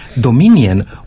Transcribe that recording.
dominion